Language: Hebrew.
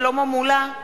שלמה מולה,